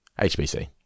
HBC